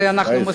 ואנחנו,